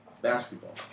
basketball